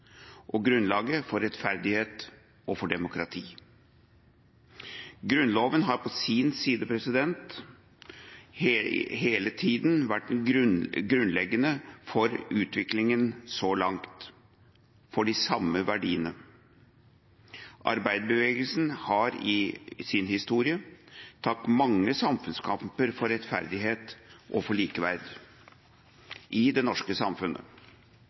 være grunnlaget for samfunnets utvikling og grunnlaget for rettferdighet og for demokrati. Grunnloven har hele tida vært grunnleggende – så langt – for utviklinga av de samme verdiene. Arbeiderbevegelsen har i sin historie tatt mange samfunnskamper for rettferdighet og likeverd i det norske samfunnet.